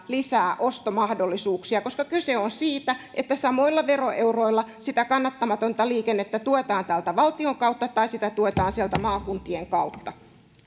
lisää ostomahdollisuuksia koska kyse on siitä että samoilla veroeuroilla sitä kannattamatonta liikennettä tuetaan täältä valtion kautta tai sitä tuetaan sieltä maakuntien kautta